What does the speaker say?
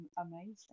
amazing